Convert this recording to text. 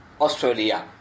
Australia